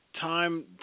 time